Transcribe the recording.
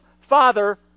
Father